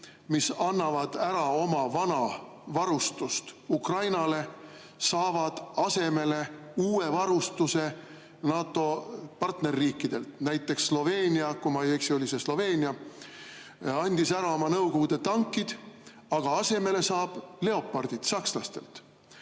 kes annavad ära oma vana varustuse Ukrainale, saavad asemele uue varustuse NATO partnerriikidelt. Näiteks Sloveenia – kui ma ei eksi, siis oli see Sloveenia – andis ära oma Nõukogude tankid, aga asemele saab Leopardid sakslastelt.